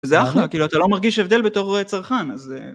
זה אחלה, כאילו אתה לא מרגיש הבדל בתור צרכן, אז זה...